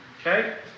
Okay